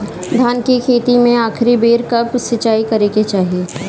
धान के खेती मे आखिरी बेर कब सिचाई करे के चाही?